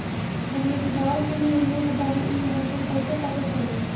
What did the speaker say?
हम योजनाओ के लिए योग्य बानी ई हमके कहाँसे पता चली?